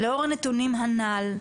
לאור הנתונים הנ"ל,